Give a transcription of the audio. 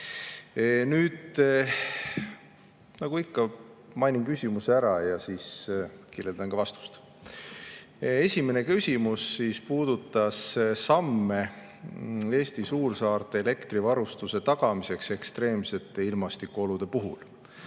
Nagu ikka, mainin küsimuse ära ja siis kirjeldan ka vastust. Esimene küsimus puudutas samme Eesti suursaarte elektrivarustuse tagamiseks ekstreemsete ilmastikuolude puhul.